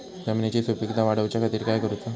जमिनीची सुपीकता वाढवच्या खातीर काय करूचा?